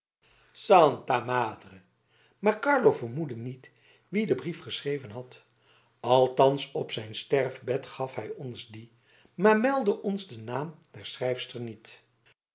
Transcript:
maar carlo vermoedde niet wie den brief geschreven had althans op zijn sterfbed gaf hij ons dien maar meldde ons den naam der schrijfster niet